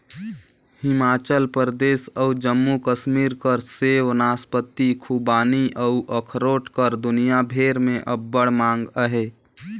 हिमाचल परदेस अउ जम्मू कस्मीर कर सेव, नासपाती, खूबानी अउ अखरोट कर दुनियां भेर में अब्बड़ मांग अहे